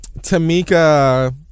Tamika